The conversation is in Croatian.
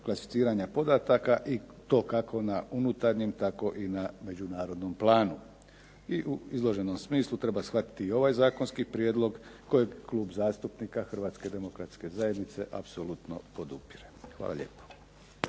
klasificiranje podataka i to kako na unutarnjem tako i na međunarodnom planu. I u izloženom smislu treba shvatiti i ovaj zakonski prijedlog kojeg Klub zastupnika Hrvatske demokratske zajednice apsolutno podupire. Hvala lijepo.